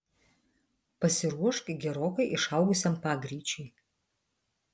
pasiruošk gerokai išaugusiam pagreičiui